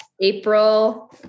April